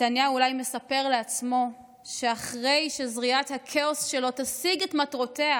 נתניהו אולי מספר לעצמו שאחרי שזריעת הכאוס שלו תשיג את מטרותיה,